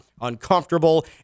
uncomfortable